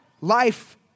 life